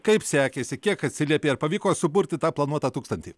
kaip sekėsi kiek atsiliepė ar pavyko suburti tą planuotą tūkstantį